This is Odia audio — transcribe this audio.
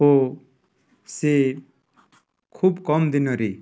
ଓ ସେ ଖୁବ କମ୍ ଦିନରେ